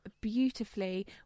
beautifully